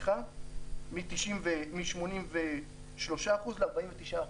מ-83% ל-49%.